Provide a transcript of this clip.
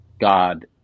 God